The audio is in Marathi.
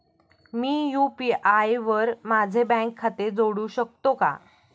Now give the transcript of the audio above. मी यु.पी.आय वर माझे बँक खाते जोडू शकतो का?